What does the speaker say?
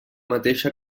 mateixa